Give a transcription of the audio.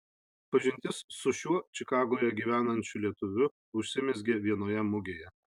pažintis su šiuo čikagoje gyvenančiu lietuviu užsimezgė vienoje mugėje